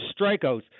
strikeouts